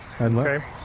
Okay